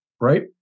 right